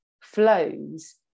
flows